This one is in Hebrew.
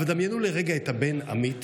אבל דמיינו לרגע את הבן עמית